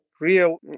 real